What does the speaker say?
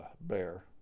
bear